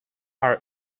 are